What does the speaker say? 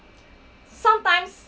sometimes